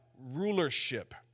rulership